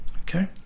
Okay